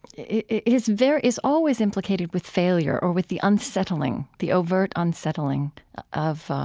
is very is always implicated with failure or with the unsettling, the overt unsettling of